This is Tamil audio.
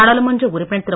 நாடாளுமன்ற உறுப்பினர் திரு